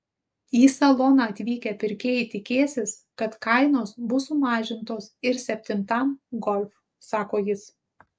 į saloną atvykę pirkėjai tikėsis kad kainos bus sumažintos ir septintam golf sako jis